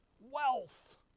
wealth